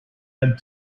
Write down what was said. had